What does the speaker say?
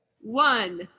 One